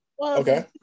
Okay